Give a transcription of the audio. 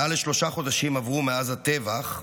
מעל לשלושה חודשים עברו מאז הטבח,